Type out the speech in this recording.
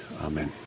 Amen